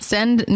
Send